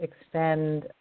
extend